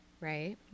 right